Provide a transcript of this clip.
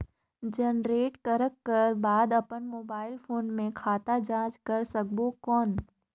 Generate करक कर बाद अपन मोबाइल फोन मे खाता जांच कर सकबो कौन?